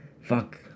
fuck